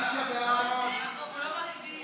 ההצעה לבחור את חבר הכנסת יריב